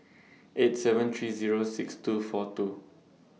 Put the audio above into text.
eight seven three Zero six two four two